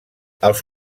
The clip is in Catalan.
els